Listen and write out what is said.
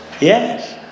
Yes